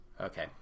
Okay